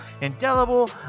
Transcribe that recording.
indelible